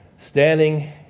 standing